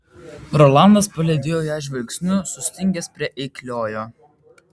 rolandas palydėjo ją žvilgsniu sustingęs prie eikliojo